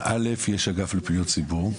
קודם כל, יש אגף לפניות ציבור.